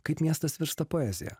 kaip miestas virsta poezija